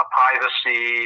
privacy